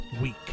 week